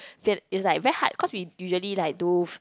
then it's like very hard cause we usually like do